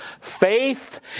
faith